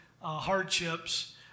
hardships